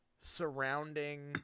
surrounding